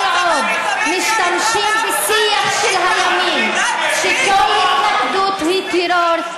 כל עוד משתמשים בשיח של הימין שכל התנגדות היא טרור,